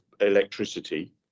electricity